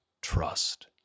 trust